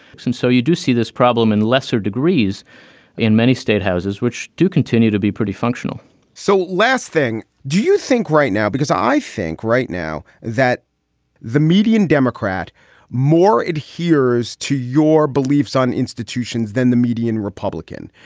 and so you do see this problem in lesser degrees in many statehouses, which do continue to be pretty functional so last thing. do you think right now, because i think right now that the median democrat more adheres to your beliefs on institutions than the median republican,